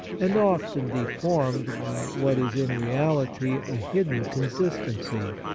and often deformed by what is in reality a hidden consistency.